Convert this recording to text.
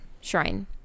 Shrine